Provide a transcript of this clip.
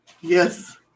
Yes